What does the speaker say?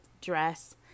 dress